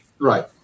Right